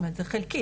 זאת אומרת זה חלקי.